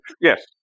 Yes